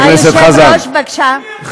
היושב-ראש, בבקשה.